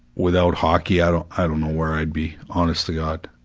without hockey, i don't i don't know where i'd be. honest to god.